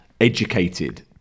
educated